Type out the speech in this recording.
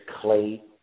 clay